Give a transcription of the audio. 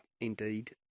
indeed